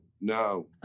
no